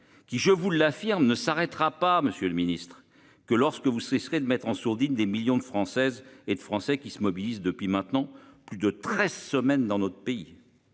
qui, je vous l'affirme ne s'arrêtera pas, Monsieur le Ministre, que lorsque vous cesserez de mettre en sourdine des millions de Françaises et de Français qui se mobilisent depuis maintenant plus de 13 semaines dans notre pays.